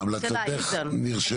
המלצתך נרשמה.